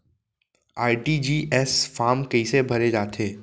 RTGS form कइसे भरे जाथे?